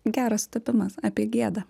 geras sutapimas apie gėdą